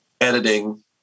editing